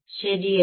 ശരിയല്ലേ